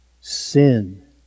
sin